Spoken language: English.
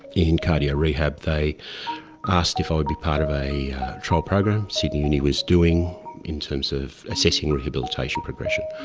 in cardio rehab they asked if i would be part of a trial program sydney uni was doing in terms of assessing rehabilitation progression.